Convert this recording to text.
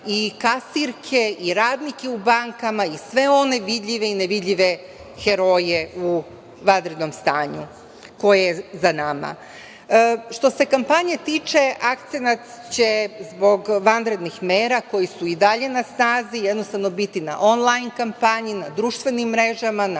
i kasirke, i radnike u bankama, i sve one vidljive i nevidljive heroje u vanrednom stanju koje je za nama. Što se kampanje tiče akcenat će zbog vanrednih mera koje su i dalje na snazi jednostavno biti na on-lajn kampanji, na društvenim mrežama,